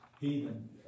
heathen